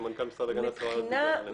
שמנכ"ל המשרד להגנת הסביבה כבר